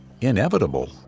inevitable